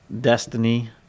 Destiny